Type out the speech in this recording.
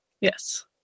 Yes